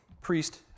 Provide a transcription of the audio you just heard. priest